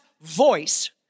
voice